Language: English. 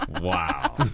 Wow